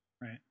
Right